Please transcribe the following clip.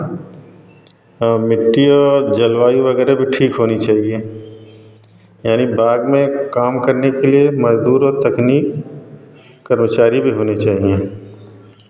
और मिट्टी और जल वायु वगैरह भी ठीक होनी चाहिए यानी बाद में काम करने के लिए मज़दूर और तकनीक कर्मचारी भी होने चाहिए जो उसकी बेहतर सेवा